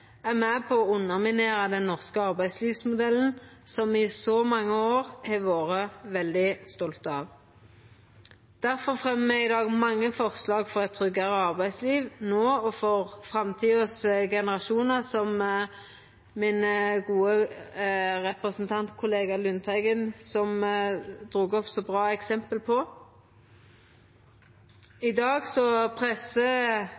er med på å underminera den norske arbeidslivsmodellen, som me i så mange år har vore veldig stolte av. Difor fremjar me i dag mange forslag for eit tryggare arbeidsliv, no og for framtidas generasjonar, som min gode representantkollega Lundteigen drog fram så bra eksempel